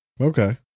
Okay